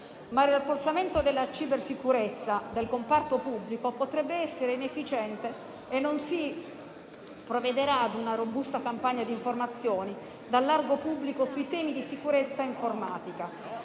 Ma il rafforzamento della cybersicurezza del comparto pubblico potrebbe essere inefficiente se non si provvederà a una robusta campagna di informazioni al largo pubblico sui temi della sicurezza informatica.